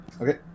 Okay